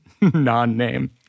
non-name